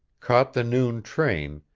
caught the noon train,